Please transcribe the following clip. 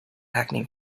hackney